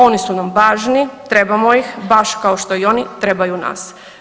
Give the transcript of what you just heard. Oni su nam važni, trebamo ih baš kao što i oni trebaju nas.